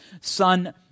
son